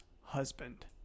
husband